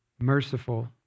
merciful